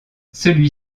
celui